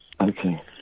Okay